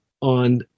on